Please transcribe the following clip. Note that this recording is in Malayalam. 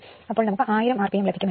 അപ്പോൾ നമുക്ക് 1000 rpm ലഭികുമലോ